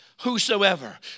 whosoever